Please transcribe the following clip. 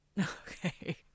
Okay